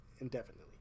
indefinitely